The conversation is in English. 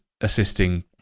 assisting